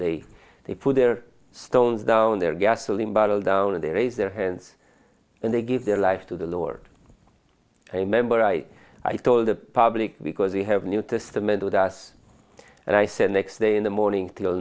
they they put their stones down their gasoline bottle down and they raise their hands and they give their life to the lord remember i told the public because we have new testament with us and i said next day in the morning till